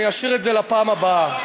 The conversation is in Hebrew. אני אשאיר את זה לפעם הבאה.